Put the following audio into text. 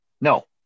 No